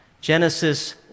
Genesis